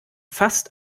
fast